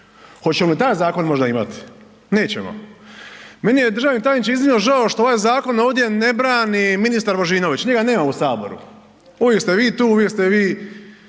Hoćemo li taj zakon možda imati? Nećemo. Meni je državni tajniče iznimno žao što ovaj zakon ovdje ne brani ministar Božinović, njega nema u Saboru, uvijek ste vi tu, uvijek ste vi